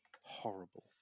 horrible